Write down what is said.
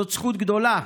זאת זכות גדולה.